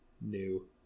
new